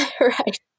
Right